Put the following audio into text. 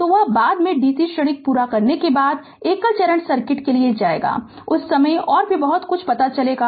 तो वह बाद में है कि dc क्षणिक पूरा करने के बाद एकल चरण सर्किट के लिए जाएगा उस समय और भी बहुत कुछ पता चलेगा